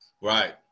Right